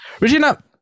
Regina